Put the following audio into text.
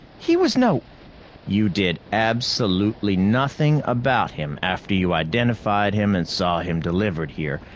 he was no you did absolutely nothing about him after you identified him and saw him delivered here?